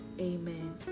Amen